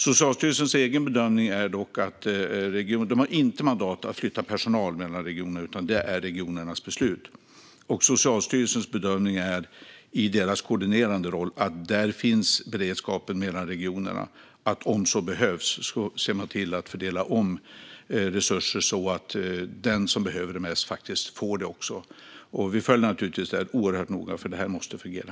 Socialstyrelsen har inte mandat att flytta personal mellan regioner, utan det är regionernas beslut. Socialstyrelsens bedömning, i deras koordinerande roll, är att det finns beredskap mellan regionerna. Om så behövs ser man till att fördela om resurser så att den som behöver dem mest också får dem. Vi följer naturligtvis detta oerhört noga, för det måste fungera.